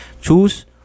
Choose